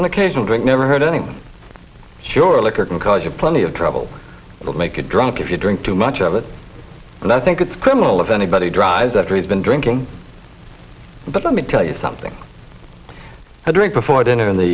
an occasional drink never heard any i'm sure liquor can cause you plenty of trouble but make a drunk if you drink too much of it and i think it's criminal if anybody drives after you've been drinking but let me tell you something i drink before dinner in the